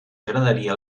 agradaria